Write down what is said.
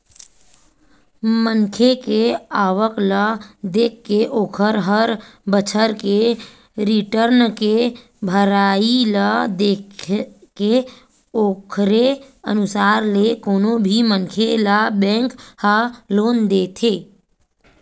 मनखे के आवक ल देखके ओखर हर बछर के रिर्टन के भरई ल देखके ओखरे अनुसार ले कोनो भी मनखे ल बेंक ह लोन देथे